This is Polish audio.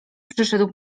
przyszedł